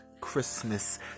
christmas